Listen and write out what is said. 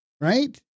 right